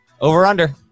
Over-under